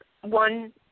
One